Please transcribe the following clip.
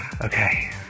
okay